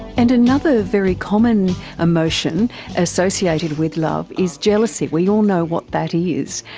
and another very common emotion associated with love is jealousy. we all know what that is,